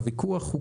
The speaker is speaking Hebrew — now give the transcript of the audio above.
שהוויכוח,